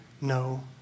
no